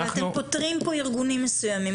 אבל אתם פוטרים פה ארגונים מסוימים.